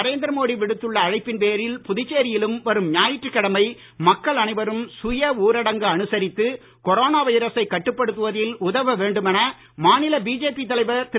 நரேந்திர மோடி விடுத்துள்ள அழைப்பின் பேரில் புதுச்சேரி யிலும் வரும் ஞாயிற்றுக் கிழமை மக்கள் அனைவரும் சுய ஊரடங்கு அனுசரித்து கொரோனா வைரசைக் கட்டுப்படுத்துவதில் உதவ வேண்டுமென மாநில பிஜேபி தலைவர் திரு